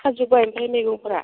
खाजोबबाय ओमफ्राय मैगंफ्रा